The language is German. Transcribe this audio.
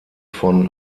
von